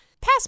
pass